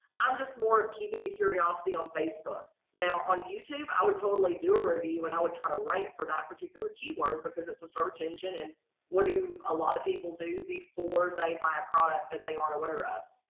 i'm just more of keeping the curiosity on facebook. now on youtube, i would totally do a review and i would try to write for that particular keyword because it's a search engine and what do a lot of people do before they buy a product that they aren't aware of.